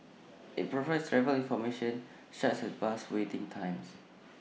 IT provides travel information such as bus waiting times